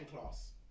class